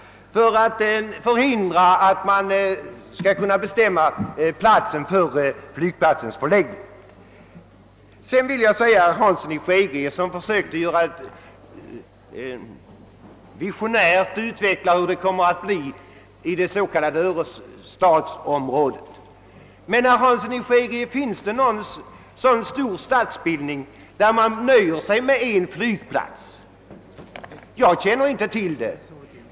Därigenom har man velat förhindra ett bestämmande av en kommande flygplats. Herr Hansson i Skegrie försökte att visionärt utveckla hur det kommer att bli i det s.k. örestadsområdet. Men, herr Hansson i Skegrie, finns det någon så stor stadsbildning, där man nöjer sig med endast en flygplats? Jag känner inte till det.